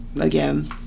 again